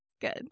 Good